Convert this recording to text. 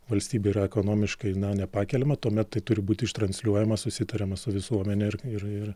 valstybei yra ekonomiškai nepakeliama tuomet tai turi būti ištransliuojama susitariama su visuomene ir ir ir